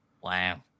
Wow